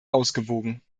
ausgewogen